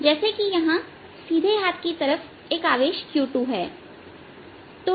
जैसे कि यहां सीधे हाथ की तरफ एक आवेश q2है